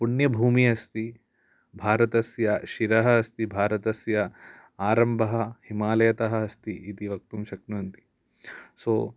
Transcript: तत् पुण्यभूमिः अस्ति भारतस्य शिरः अस्ति भारतस्य आरम्भः हिमालयतः अस्ति इति वक्तुं शक्नुवन्ति सो